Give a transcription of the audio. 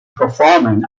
performing